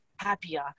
happier